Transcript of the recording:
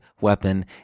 weapon